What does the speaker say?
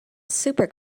super